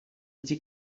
ydy